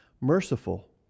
merciful